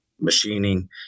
machining